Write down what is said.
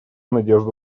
надежду